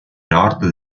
nord